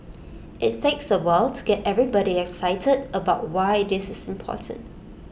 IT takes A while to get everybody excited about why this is important